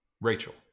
Rachel